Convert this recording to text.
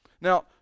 Now